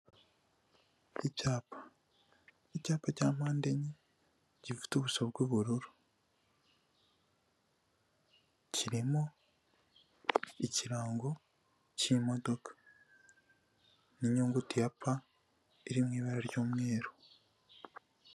Icyapa, icyapa cya mpande enye gifiteso bw'ubururu, kirimo ikirango k'imodoka n'inyuguti ya pa iri mu ibara ry'umweru.